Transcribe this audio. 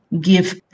give